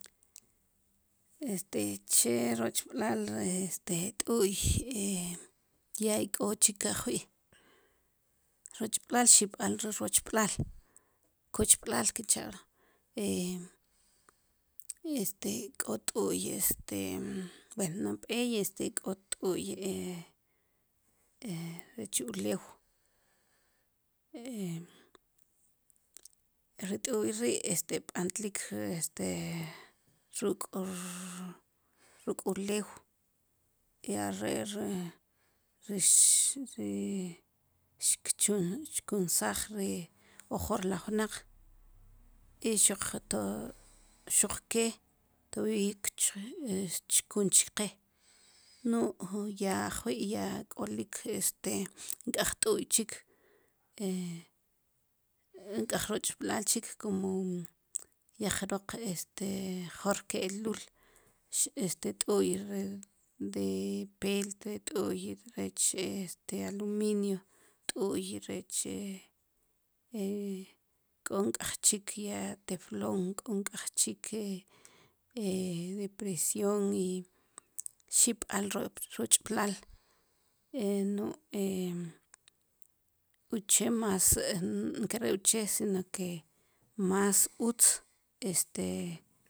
Este che rochb'lal ri este t'u'y ya ik'o chik ajwi' rochb'laal xib'al ri rochb'laal kochb'laal kin cha lo i este k'o t'u'y este buen nab'ey este k'o t'u'y rech ulew ri t'u'y ri' este b'antlik este ruk' ruk' ulew i are' ri xkchul xkchunsaaj ri ojor laj wnaq i xuq xuq ke todabiiy kchun chqe nu'j ya ajwi' ya k'olik este nk'ej t'u'y chik nk'ej rochb'laal chik como ya jroq este jor ke'luul este t'u'y de peltre t'u'y rech este aluminio t'u'y rech rech k'o nk'ejchik ya teflon k'o nk'ej chik de presion i xib'al rochb'laal uche' mas nkare' uche' sino mas utz este